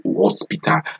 hospital